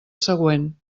següent